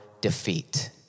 defeat